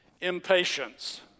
Impatience